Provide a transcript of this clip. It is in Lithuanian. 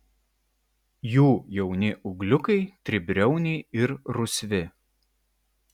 jų jauni ūgliukai tribriauniai ir rusvi